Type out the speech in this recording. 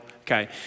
Okay